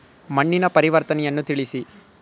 ಮಣ್ಣಿನ ಪರಿವರ್ತನೆಯನ್ನು ತಿಳಿಸಿ?